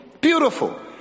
beautiful